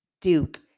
Duke